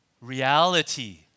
Reality